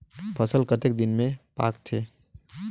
फसल कतेक दिन मे पाकथे?